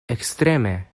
ekstreme